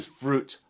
fruit